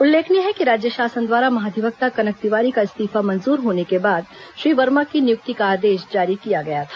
उल्लेखनीय है कि राज्य शासन द्वारा महाधिवक्ता कनक तिवारी का इस्तीफा मंजूर होने के बाद श्री वर्मा की नियुक्ति का आदेश जारी किया था